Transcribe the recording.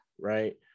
Right